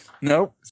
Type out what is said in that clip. Nope